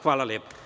Hvala.